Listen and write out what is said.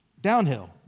Downhill